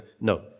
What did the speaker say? no